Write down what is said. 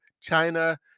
China